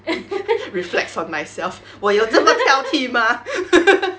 reflects on myself 我有这么挑剔吗